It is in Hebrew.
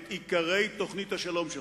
את עיקרי תוכנית השלום שלך.